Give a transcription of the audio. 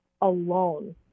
alone